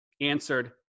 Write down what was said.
answered